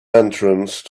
entrance